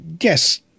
yes